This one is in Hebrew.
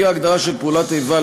לפי ההגדרה של פעולת איבה,